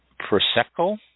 Prosecco